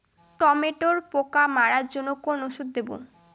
টমেটোর পোকা মারার জন্য কোন ওষুধ দেব?